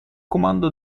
comando